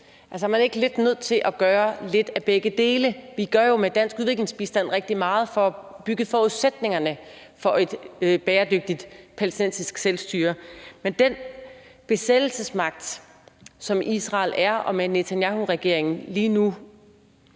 Altså, er man ikke lidt nødt til at gøre lidt af begge dele? Vi gør jo med dansk udviklingsbistand rigtig meget for at opbygge forudsætningerne for et bæredygtigt palæstinensiske selvstyre, men den besættelsesmagt, som Israel er, og med en Netanyahuregering lige nu